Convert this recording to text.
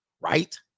right